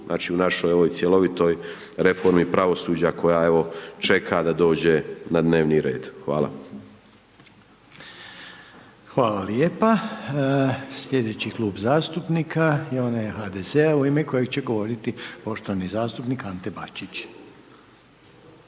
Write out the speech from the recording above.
znači u našoj ovoj cjelovitoj reformi pravosuđa koja evo čeka da dođe na dnevni red. Hvala. **Reiner, Željko (HDZ)** Hvala lijepa. Slijedeći Klub zastupnika je onaj HDZ-a u ime kojeg će govoriti poštovani zastupnik Ante Bačić.